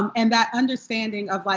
um and that understanding of, like,